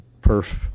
perf